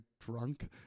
drunk